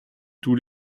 tous